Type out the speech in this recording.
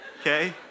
okay